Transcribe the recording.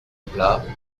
plat